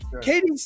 Katie